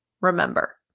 remember